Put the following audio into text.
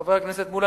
חבר הכנסת מולה,